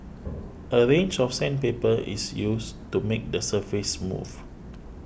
a range of sandpaper is used to make the surface smooth